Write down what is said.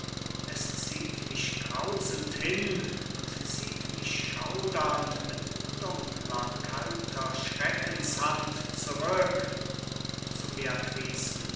es zieht mich grausend hin und zieht mich schaudernd mit dunkler kalter schreckenshand zurück zu